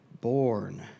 born